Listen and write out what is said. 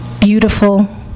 beautiful